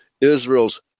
Israel's